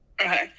Okay